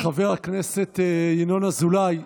חבר הכנסת ינון אזולאי,